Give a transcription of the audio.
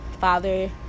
father